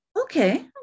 Okay